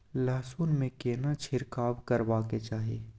लहसुन में केना छिरकाव करबा के चाही?